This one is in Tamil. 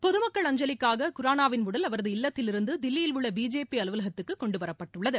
பொதுமக்கள் அஞ்சலிக்காக குரானாவின் உடல் அவரது இல்லத்திலிருந்து தில்லியிலுள்ள பிஜேபி அலுவலகத்துக்கு கொண்டு வரப்பட்டுள்ளது